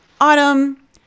Autumn